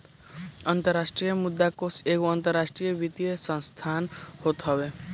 अंतरराष्ट्रीय मुद्रा कोष एगो अंतरराष्ट्रीय वित्तीय संस्थान होत हवे